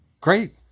Great